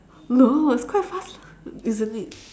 no it's quite fast lah isn't it